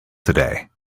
today